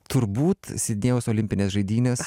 turbūt sidnėjaus olimpinės žaidynės